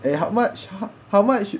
eh how much how much